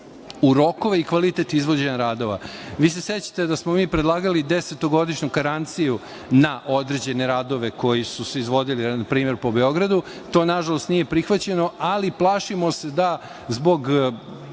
u rokove i kvalitet izvođenja radova. Vi se sećate da smo mi predlagali desetogodišnju garanciju na određene radove koji su se izvodili po Beogradu. To nažalost nije prihvaćeno, ali plašimo se da zbog